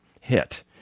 hit